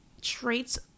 traits